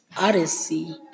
Odyssey